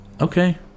Okay